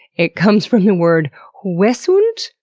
it comes from the word wisunt,